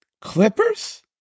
Clippers